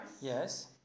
Yes